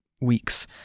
weeks